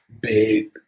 big